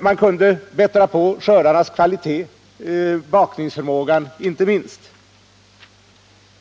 Man kunde vidare förbättra skördarnas kvalitet — inte minst mjölets bakningsegenskaper.